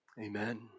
Amen